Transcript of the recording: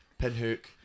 Pinhook